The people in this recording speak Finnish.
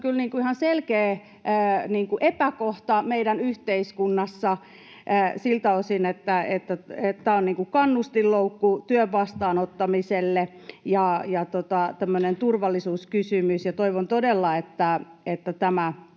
ihan selkeä epäkohta meidän yhteiskunnassamme siltä osin, että tämä on kannustinloukku työn vastaanottamiselle ja tämmöinen turvallisuuskysymys. Toivon todella, että tämä